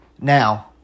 Now